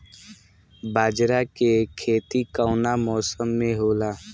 बाजरा के खेती कवना मौसम मे होला?